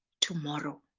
tomorrow